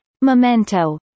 Memento